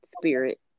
spirit